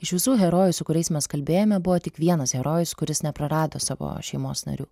iš visų herojų su kuriais mes kalbėjome buvo tik vienas herojus kuris neprarado savo šeimos narių